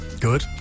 Good